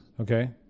Okay